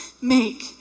make